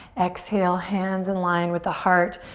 exhale, hands in line with the heart.